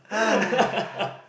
hais